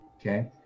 okay